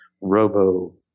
robo